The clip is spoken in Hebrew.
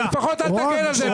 לפחות אל תגן על זה.